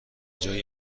جای